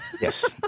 Yes